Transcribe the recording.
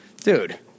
dude